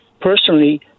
personally